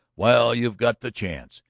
while you've got the chance.